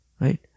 right